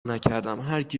نکردم، هرکی